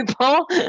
people